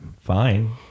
fine